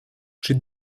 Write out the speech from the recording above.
czy